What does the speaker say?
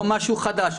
לא משהו חדש.